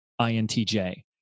INTJ